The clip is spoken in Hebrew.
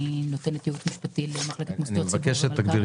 אני נותנת ייעוץ משפטי במחלקת מוסדות ציבור ומלכ"רים.